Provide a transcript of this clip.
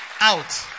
out